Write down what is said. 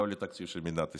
לא לתקציב של מדינת ישראל.